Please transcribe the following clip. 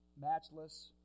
matchless